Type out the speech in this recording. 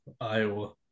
Iowa